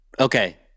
Okay